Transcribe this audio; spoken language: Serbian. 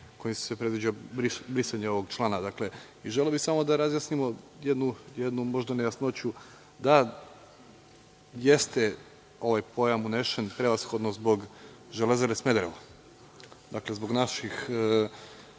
kojim se predviđa brisanje ovog člana. Želeo bih samo da razjasnimo jednu nejasnoću. Da, jeste ovaj pojam unesen prevashodno zbog „Železare Smederevo“, dakle, zbog naših